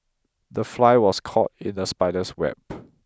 the fly was caught in the spider's web